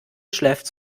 schläft